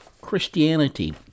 christianity